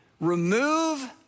remove